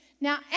Now